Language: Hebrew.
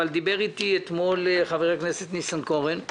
אבל דיבר אתי אתמול חבר הכנסת ניסנקרון,